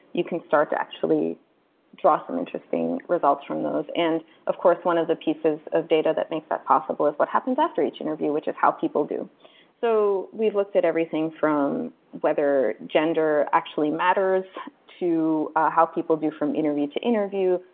you can start to actually draw some interesting results from those. and of course, one of the pieces of data that makes that possible is what happens after each interview, which is how people do so we look at everything from whether gender actually matters to how people do from interview to interview,